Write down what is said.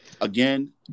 Again